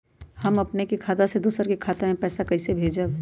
हम अपने खाता से दोसर के खाता में पैसा कइसे भेजबै?